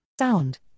Sound